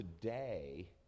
today